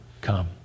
come